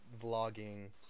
vlogging